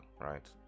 right